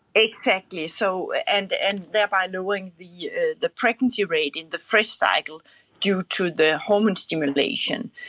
exactly, so and and thereby knowing the the pregnancy rate in the fresh cycle due to the hormone stimulation.